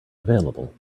available